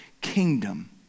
kingdom